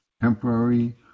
temporary